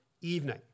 evening